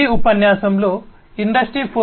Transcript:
ఈ ఉపన్యాసంలో ఇండస్ట్రీ 4